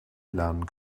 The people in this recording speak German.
lernen